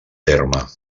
terme